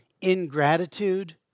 Ingratitude